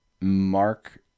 Mark